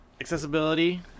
Accessibility